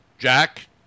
Jack